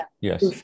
yes